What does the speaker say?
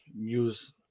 use